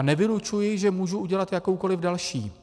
Nevylučuji, že můžu udělat jakoukoliv další.